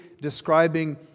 describing